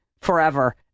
forever